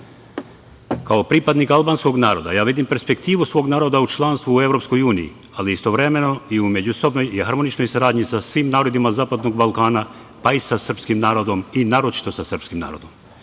pripadnik albanskog naroda, ja vidim perspektivu svog naroda u članstvu u EU, ali istovremeno i u međusobnoj i harmoničnoj saradnji sa svim narodima zapadnog Balkana, pa i sa srpskim narodom, i naročito sa srpskim narodom. Kao